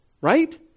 Right